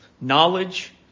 Knowledge